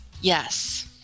Yes